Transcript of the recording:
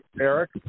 Eric